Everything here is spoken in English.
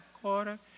quarter